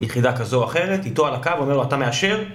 יחידה כזו או אחרת, איתו על הקו אומר לו אתה מאשר